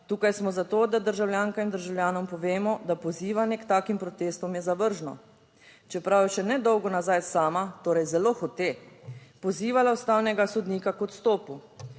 Tukaj smo zato, da državljankam in državljanom povemo, da pozivanje k takim protestom je zavržno, čeprav je še nedolgo nazaj sama, torej zelo hote pozivala ustavnega sodnika k odstopu.